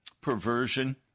perversion